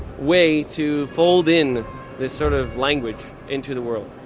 way to fold in this sort of language into the world.